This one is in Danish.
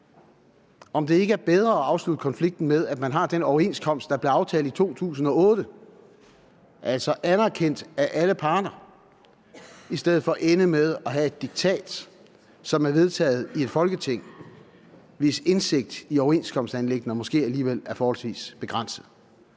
om det ikke var bedre at afslutte konflikten med, at man har den overenskomst, der blev aftalt i 2008 – altså anerkendt af alle parter – i stedet for at ende med at have diktat, som er vedtaget af et Folketing, hvis indsigt i overenskomstanliggender måske alligevel er forholdsvis begrænset.